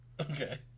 Okay